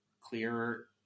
clearer